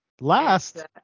last